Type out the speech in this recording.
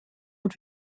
und